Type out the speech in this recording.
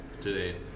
today